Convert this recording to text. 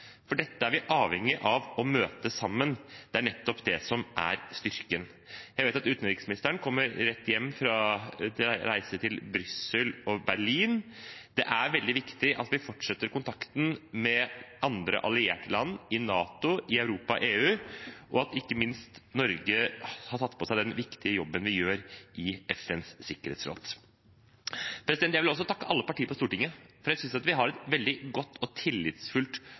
Dette er vi avhengige av å møte sammen, og det er nettopp det som er styrken. Jeg vet at utenriksministeren kommer rett fra reise til Brussel og Berlin. Det er veldig viktig at vi fortsetter kontakten med andre allierte land i NATO, i Europa og i EU, og ikke minst at Norge har tatt på seg den viktige jobben vi gjør i FNs sikkerhetsråd. Jeg vil også takke alle partier på Stortinget, for jeg synes vi har et veldig godt og tillitsfullt